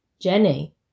Jenny